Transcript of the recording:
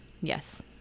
Yes